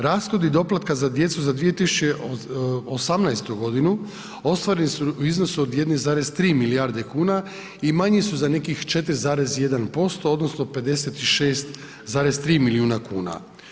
Rashodi doplatka za djecu za 2018. godinu ostvareni su u iznosu od 1,3 milijarde kuna i manji su za nekih 4,1% odnosno 56,3 milijuna kuna.